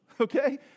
Okay